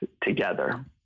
together